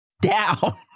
down